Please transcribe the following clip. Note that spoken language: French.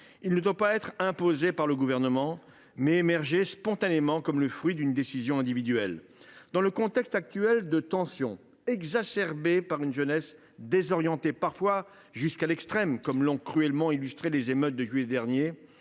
ci ne doit pas être imposé par le Gouvernement ; il doit émerger spontanément, comme le fruit d’une décision individuelle. Dans le contexte actuel de tensions, exacerbées par une jeunesse désorientée parfois jusqu’à l’extrême, comme l’ont cruellement illustré les émeutes de juillet dernier,